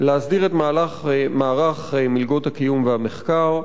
להסדיר את מערך מלגות הקיום והמחקר,